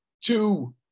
two